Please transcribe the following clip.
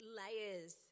layers